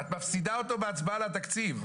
את מפסידה אותו בהצבעה על התקציב.